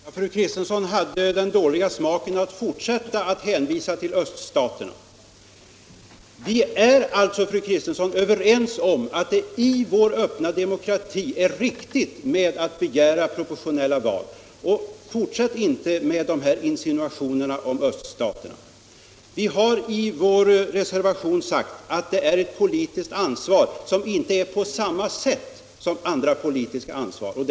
Herr talman! Fru Kristensson hade den dåliga smaken att fortsätta att hänvisa till öststaterna. Vi är alltså, fru Kristensson, överens om att det i vår öppna demokrati är riktigt att begära proportionella val. Fortsätt inte med insinuationerna om öststaterna. Vi har i vår reservation sagt att det är ett politiskt ansvar, men inte på samma sätt som politiskt ansvar i andra sammanhang.